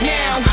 now